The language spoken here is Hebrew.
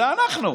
זה אנחנו.